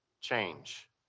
change